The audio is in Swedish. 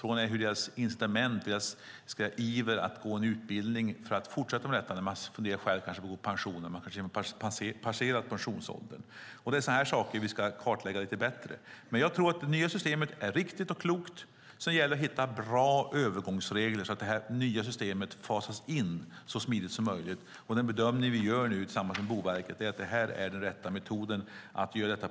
Frågan är hur stor deras iver och incitament är för att gå en sådan här utbildning när de kanske funderar på att gå i pension eller redan har passerat pensionsålder. Det är sådant här vi ska kartlägga lite bättre. Jag tror att det nya systemet är riktigt och klokt, men det gäller att hitta bra övergångsregler så att det fasas in så smidigt så möjligt. Den bedömning vi gör tillsammans med Boverket är att det här är den rätta metoden att göra det på.